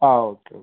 ആ okay okay